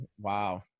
Wow